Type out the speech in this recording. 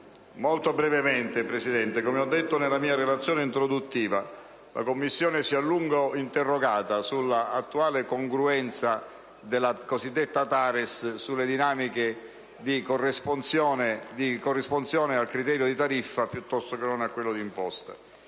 *relatore*. Signor Presidente, come ho detto nella mia relazione introduttiva, la Commissione si è a lungo interrogata sull'attuale congruenza della cosiddetta TARES e sulle dinamiche di corresponsione al criterio di tariffa piuttosto che non a quello di imposta.